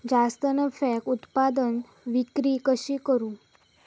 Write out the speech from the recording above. जास्त नफ्याक उत्पादन विक्री कशी करू?